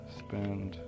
spend